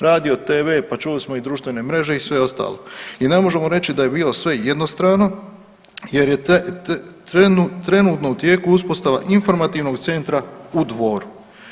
Radio, TV, pa čuli smo, i društvene mreže i sve ostalo i ne možemo reći da je bilo sve jednostrano jer je trenutno u tijeku uspostava informativnog centra u Dvoru.